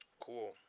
Cool